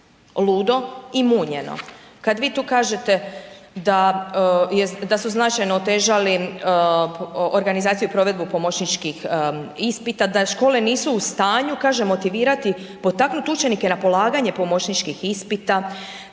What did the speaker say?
ludo i munjeno kad vi ti kažete da su značajno otežali organizaciju i provedbu pomoćničkih ispita, da škole nisu u stanju kaže, motivirati, potaknuti učenike na polaganje pomoćničkih ispita,